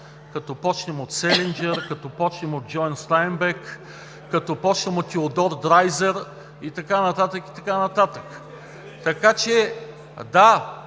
Като започнем от Селинджър, като започнем от Джон Стайнбек, като започнем от Теодор Драйзер и така нататък, и така нататък. (Реплика